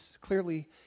clearly